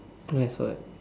nice what